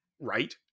right